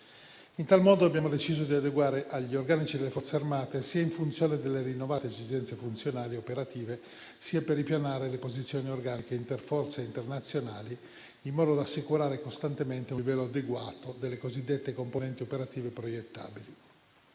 In tal modo abbiamo deciso di adeguare gli organici delle Forze armate sia in funzione delle rinnovate esigenze funzionali operative sia per ripianare le posizioni organiche interforze internazionali, in modo da assicurare costantemente un livello adeguato delle cosiddette componenti operative proiettabili.